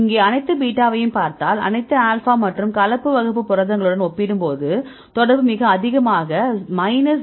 இங்கே அனைத்து பீட்டாவையும் பார்த்தால் அனைத்து ஆல்பா மற்றும் கலப்பு வகுப்பு புரதங்களுடன் ஒப்பிடும்போது தொடர்பு மிக அதிகமாக 0